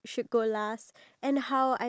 exactly